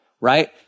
right